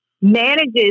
manages